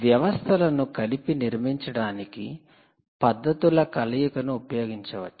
వ్యవస్థలను కలిపి నిర్మించడానికి పద్ధతుల కలయికను ఉపయోగించవచ్చు